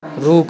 रुख